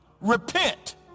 repent